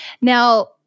Now